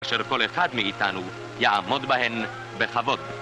אשר כל אחד מאיתנו יעמוד בהם בכבוד